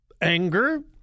anger